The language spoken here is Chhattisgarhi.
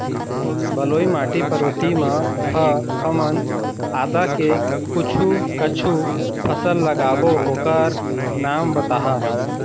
बलुई माटी पर्वतीय म ह हमन आदा के कुछू कछु फसल लगाबो ओकर नाम बताहा?